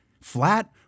Flat